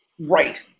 Right